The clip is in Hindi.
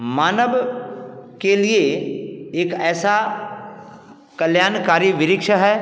मानव के लिए एक ऐसा कल्याणकारी वृक्ष है